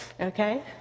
okay